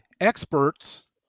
experts